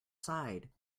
side